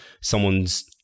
someone's